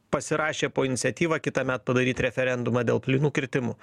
pasirašė po iniciatyva kitąmet padaryt referendumą dėl plynų kirtimų